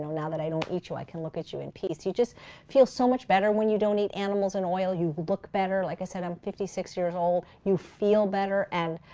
now that i don't eat you, i can look at you in peace. you just feel so much better when you don't eat animals and oil. you look better. like i said, i'm fifty six years old. you feel better. and